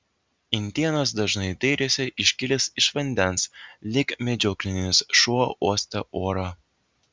indėnas dažnai dairėsi iškilęs iš vandens lyg medžioklinis šuo uostė orą